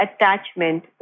attachment